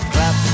Clap